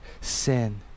sin